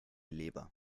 leber